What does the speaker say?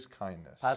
kindness